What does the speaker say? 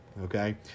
Okay